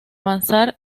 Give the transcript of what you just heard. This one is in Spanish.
avanzar